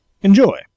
Enjoy